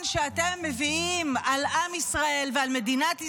שאתם מביאים על עם ישראל ועל מדינת ישראל.